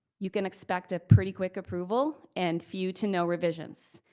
you can expect a pretty quick approval and few to no revisions.